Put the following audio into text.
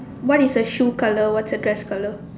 what is her shoe colour what's her dress colour